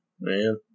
man